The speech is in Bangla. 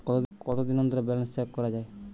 কতদিন অন্তর ব্যালান্স চেক করা য়ায়?